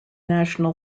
national